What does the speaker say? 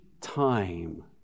time